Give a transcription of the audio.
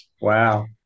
Wow